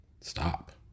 Stop